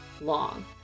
long